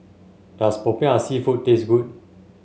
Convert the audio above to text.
does Popiah seafood taste good